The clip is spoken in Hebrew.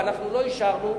ואנחנו לא אישרנו.